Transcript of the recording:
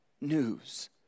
news